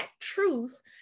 truth